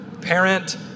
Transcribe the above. parent